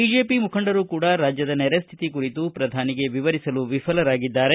BJP ಮುಖಂಡರು ಕೂಡಾ ರಾಜ್ಯದ ನೆರೆ ಸ್ವಿತಿ ಕುರಿತು ಪ್ರಧಾನಿಗೆ ವಿವರಿಸಲು ವಿಫಲರಾಗಿದ್ದಾರೆ